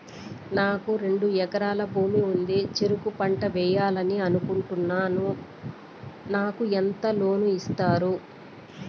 నాకు రెండు ఎకరాల భూమి ఉంది, చెరుకు పంట వేయాలని అనుకుంటున్నా, నాకు ఎంత లోను ఇస్తారు?